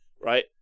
right